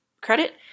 credit